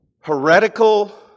heretical